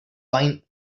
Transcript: wine